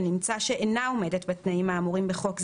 שנמצא שאינה עומדת בתנאים האמורים בחוק זה,